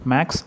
Max